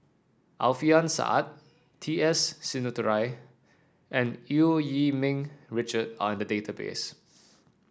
Alfian Sa'at T S Sinnathuray and Eu Yee Ming Richard are in the database